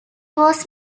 was